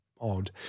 odd